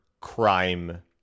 crime